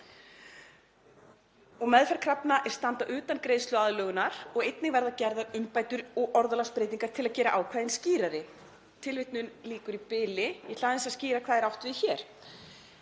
og meðferð krafna er standa utan greiðsluaðlögunar og einnig verða gerðar umbætur og orðalagsbreytingar til að gera ákvæðin skýrari.“ Ég ætla aðeins að skýra hvað er átt við hér.